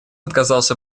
отказался